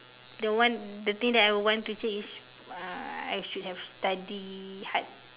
the one the thing that I would want to change is uh I should have study hard